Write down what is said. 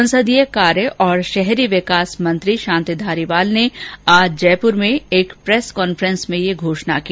संसदीय कार्य और शहरी विकास मंत्री शांति धारीवाल ने आज जयपुर में एक प्रेस कांफ्रेस में ये घोषणा की